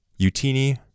UTini